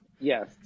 Yes